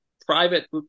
private